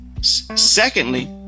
Secondly